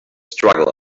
struggle